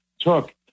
took